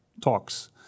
talks